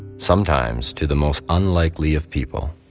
sometimes to the most unlikely of people.